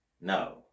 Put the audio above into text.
No